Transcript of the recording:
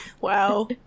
Wow